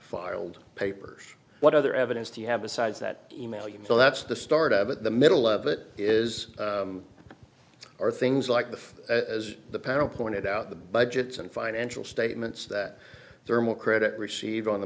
filed papers what other evidence do you have besides that email you know that's the start of it the middle of it is or things like the as the parent pointed out the budgets and financial statements that thermal credit received on